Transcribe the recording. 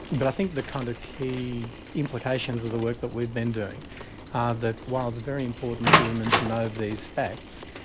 but i think the kind of key implications of the work we've been doing are that while it's very important for women to know these facts,